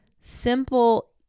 simple